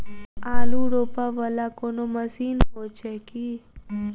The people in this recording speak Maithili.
आलु रोपा वला कोनो मशीन हो छैय की?